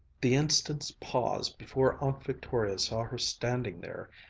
the instant's pause before aunt victoria saw her standing there,